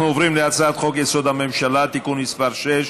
אנחנו עוברים להצעת חוק-יסוד: הממשלה (תיקון מס' 6),